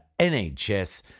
NHS